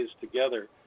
together